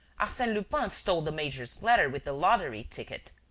arsene lupin stole the major's letter with the lottery-ticket.